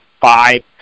five